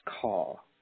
call